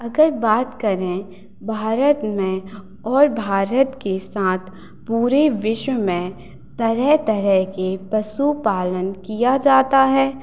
अगर बात करें भारत में और भारत के साथ पूरे विश्व में तरह तरह की पशुपालन किया जाता है